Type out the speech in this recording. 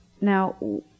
Now